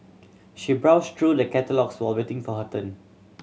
she browsed through the catalogues while waiting for her turn